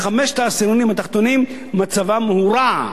חמשת העשירונים התחתונים, מצבם רע.